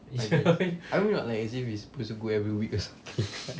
I guess I mean not as if you're supposed to go every week or something kan